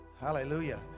hallelujah